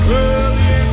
Early